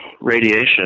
radiation